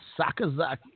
Sakazaki